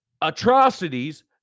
atrocities